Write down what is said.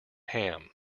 ham